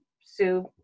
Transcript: Sue